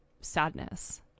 sadness